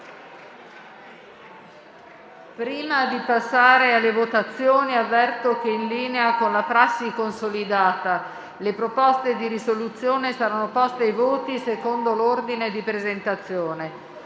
Prima di passare alle votazioni, avverto che, in linea con una prassi consolidata, le proposte di risoluzione saranno poste ai voti secondo l'ordine di presentazione.